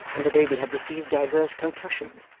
and the baby had received divers concussions,